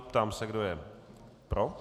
Ptám se, kdo je pro.